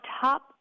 top